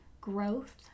growth